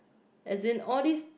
as in all these